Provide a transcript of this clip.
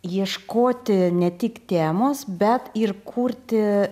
ieškoti ne tik temos bet ir kurti